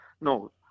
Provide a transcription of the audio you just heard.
no